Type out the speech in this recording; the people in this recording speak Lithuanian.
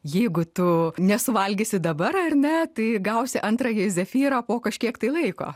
jeigu tu nesuvalgysi dabar ar ne tai gausi antrąjį zefyrą po kažkiek tai laiko